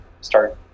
start